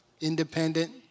independent